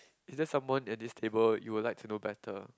is there someone in this table you will like to know better